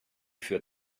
für